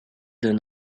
d’un